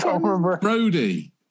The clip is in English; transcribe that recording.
Brody